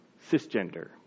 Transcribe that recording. Cisgender